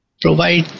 provide